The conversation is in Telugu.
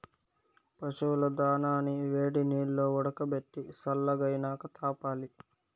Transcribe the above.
పశువుల దానాని వేడినీల్లో ఉడకబెట్టి సల్లగైనాక తాపాలి